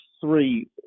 three